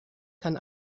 kann